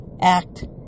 act